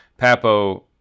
Papo